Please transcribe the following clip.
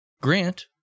Grant